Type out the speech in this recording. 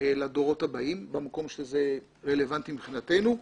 לדורות הבאים במקום שזה רלוונטי מבחינתנו,